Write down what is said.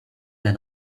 man